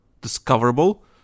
discoverable